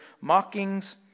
mockings